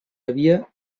havia